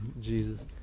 Jesus